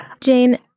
Jane